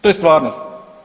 To je stvarnost.